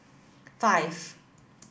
five